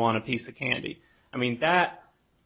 want to piece of candy i mean that